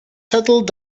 settled